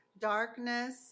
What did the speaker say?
Darkness